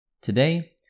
Today